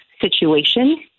situation